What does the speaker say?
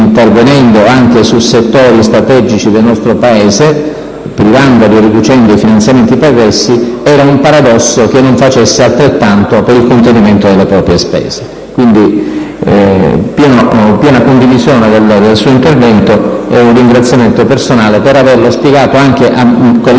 intervenendo anche su settori strategici del nostro Paese, privandoli in tutto o in parte dei finanziamenti pregressi, era un paradosso che non facesse altrettanto per il contenimento delle proprie spese. Quindi, piena condivisione del suo intervento e un ringraziamento personale per averlo spiegato anche a